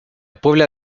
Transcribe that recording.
puebla